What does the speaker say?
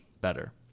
better